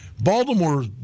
Baltimore